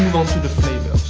onto the flavors.